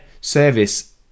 service